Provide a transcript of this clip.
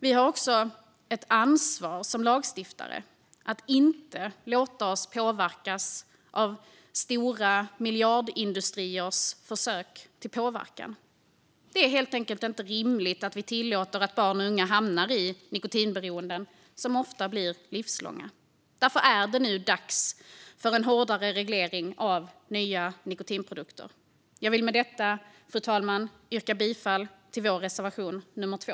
Vi har också ett ansvar som lagstiftare att inte låta oss påverkas av stora miljardindustriers försök till påverkan. Det är helt enkelt inte rimligt att vi tillåter att barn och unga hamnar i nikotinberoenden som ofta blir livslånga. Därför är det nu dags för en hårdare reglering av nya nikotinprodukter. Fru talman! Jag yrkar bifall till vår reservation nummer 2.